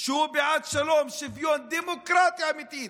שהוא בעד שלום, שוויון, דמוקרטיה אמיתית,